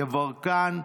יברקן,